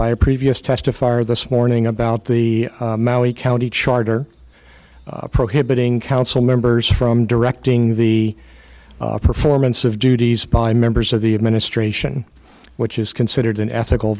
by a previous testifier this morning about the maui county charter prohibiting council members from directing the performance of duties by members of the administration which is considered an ethical